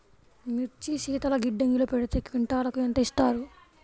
మిర్చి శీతల గిడ్డంగిలో పెడితే క్వింటాలుకు ఎంత ఇస్తారు?